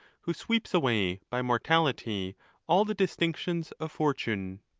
who sweeps away by mortality all the distinctions of fortune.